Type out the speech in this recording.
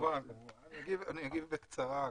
אני אגיב בקצרה.